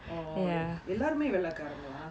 oh எல்லாருமே வெள்ளைகாரங்களா:ellarumae vellaikaarangalaa